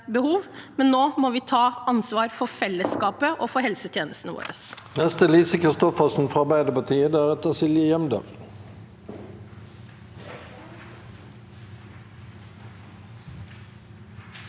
Nå må vi ta ansvar for fellesskapet og helsetjenestene våre.